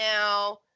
now